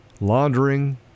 laundering